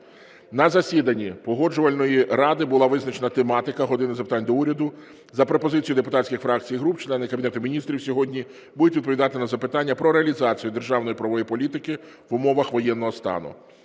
На засіданні Погоджувальної ради була визначена тематика "години запитань до Уряду". За пропозицією депутатських фракцій і груп члени Кабінету Міністрів сьогодні будуть відповідати на запитання про реалізацію державної правової політики в умовах воєнного стану.